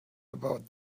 about